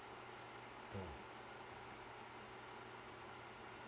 mm